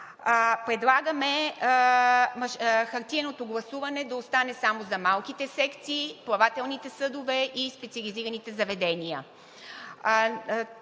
Предлагаме хартиеното гласуване да остане само за малките секции, плавателните съдове и специализираните заведения.